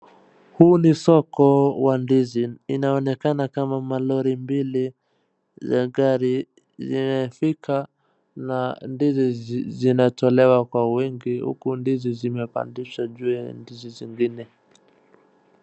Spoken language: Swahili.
Huu ni soko wa ndizi inaonekana kama malori mbili la gari zimefika, na ndizi zinatolewa kwa wingi huku ndizi zinapandishwa kwa ndizi zingine.